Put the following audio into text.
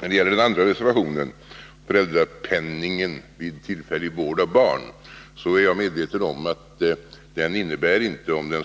När det gäller reservationen om föräldrapenningen vid tillfällig vård av barn är jag medveten om att den inte innebär — om den